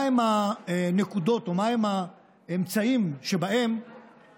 מהן הנקודות או מהם האמצעים שבהם